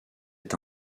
est